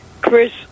Chris